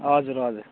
हजुर हजुर